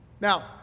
Now